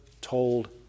told